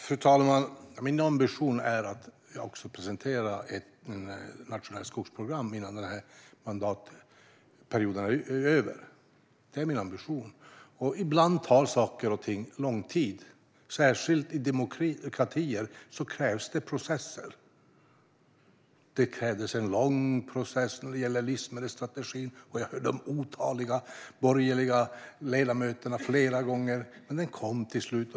Fru talman! Min ambition är att presentera ett nationellt skogsprogram innan den här mandatperioden är över. Ibland tar saker och ting lång tid. Särskilt i demokratier krävs det processer. Det krävdes en lång process när det gällde livsmedelsstrategin. Jag hörde otaliga borgerliga ledamöter säga det flera gånger. Men den kom till slut.